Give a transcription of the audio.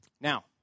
Now